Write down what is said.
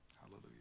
Hallelujah